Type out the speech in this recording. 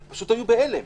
פשוט היו בהלם.